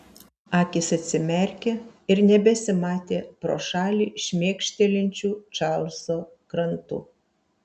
akys atsimerkė ir nebesimatė pro šalį šmėkštelinčių čarlzo krantų